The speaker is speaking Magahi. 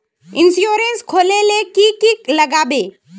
इंश्योरेंस खोले की की लगाबे?